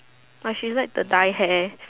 she like to dye hair